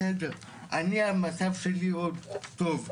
המצב שלי עוד טוב,